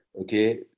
okay